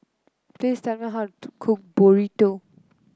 please tell me how to cook Burrito